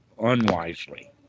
unwisely